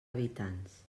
habitants